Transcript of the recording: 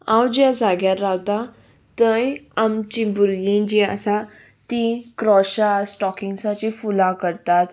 हांव जे जाग्यार रावतां थंय आमची भुरगीं जीं आसा तीं क्रोशां स्टॉकिंग्साची फुलां करतात